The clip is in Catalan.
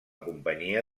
companyia